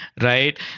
right